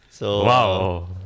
Wow